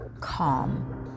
calm